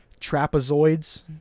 trapezoids